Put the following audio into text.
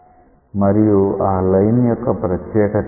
మరియు ఆ లైన్ యొక్క ప్రత్యేకత ఏంటి